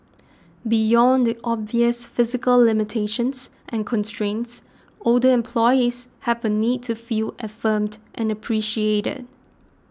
beyond the obvious physical limitations and constraints older employees have a need to feel affirmed and appreciated